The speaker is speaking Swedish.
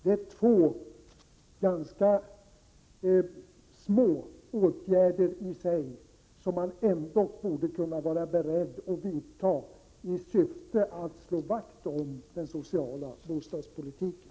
Det är två ganska små åtgärder i sig som ni borde vara beredda att vidta i syfte att slå vakt om den sociala bostadspolitiken.